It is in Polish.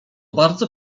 bardzo